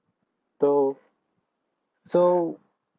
though so